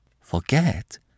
Forget